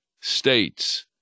states